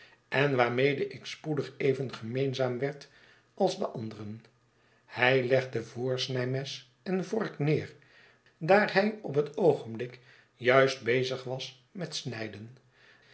en waarmede ik spoedig even gemeenzaam werd a ls de anderen hij legde voorsnijmes en vork neer daar hij op het oogenblik juist bezig was met snijden